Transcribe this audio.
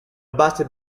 base